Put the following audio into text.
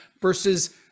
versus